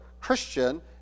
Christian